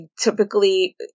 typically